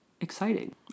exciting